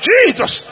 Jesus